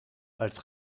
als